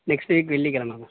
next week வெள்ளிக்கிழமை ma'am